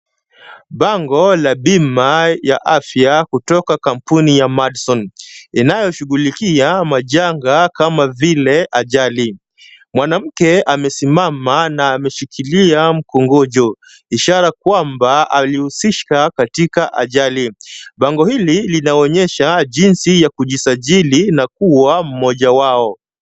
Bango la bima ya afya kutoka kampuni ya Madison, inayoshughulikia majanga kama vile ajali. Mwanamke amesimama na ameshikilia mkongojo ishara kwamba alihusika katika ajali. Bango hili linaonyesha jinsi yakujisajili na kuwa mmoja wao.